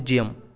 பூஜ்ஜியம்